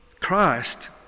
Christ